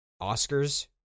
Oscars